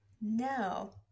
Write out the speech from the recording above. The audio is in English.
No